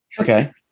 Okay